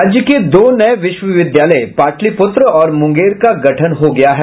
राज्य के दो नये विश्वविद्यालय पाटलिपुत्र और मुंगेर का गठन हो गया है